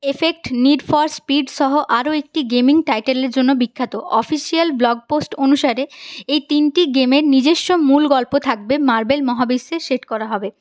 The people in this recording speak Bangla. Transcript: এফেক্ট নিড ফর স্পিড সহ আরও একটি গেমিং টাইটেলের জন্য বিখ্যাত অফিশিয়াল ব্লগ পোস্ট অনুসারে এই তিনটি গেমের নিজস্ব মূল গল্প থাকবে মার্বেল মহাবিশ্বে সেট করা হবে